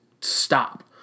stop